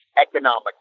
economic